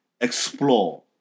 explore